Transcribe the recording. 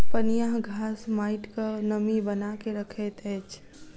पनियाह घास माइटक नमी बना के रखैत अछि